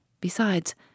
Besides